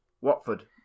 Watford